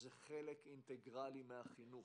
זה חלק אינטגרלי מהחינוך.